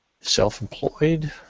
self-employed